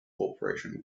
corporation